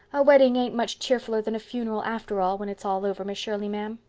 a wedding ain't much cheerfuller than a funeral after all, when it's all over, miss shirley, ma'am.